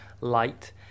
light